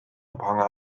ophangen